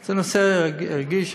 זה נושא רגיש.